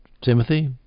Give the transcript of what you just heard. Timothy